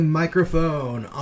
microphone